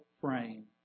frame